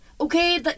Okay